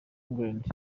england